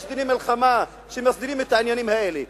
יש דיני מלחמה שמסדירים את העניינים האלה,